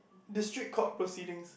district court proceedings